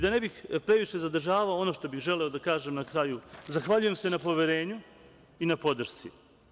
Da ne bih previše zadržavao, ono što bih želeo da kažem na kraju, zahvaljujem se na poverenju i na podršci.